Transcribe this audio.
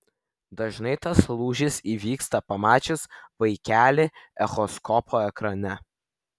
dažnai tas lūžis įvyksta pamačius vaikelį echoskopo ekrane